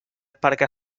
perquè